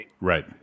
right